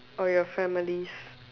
or your families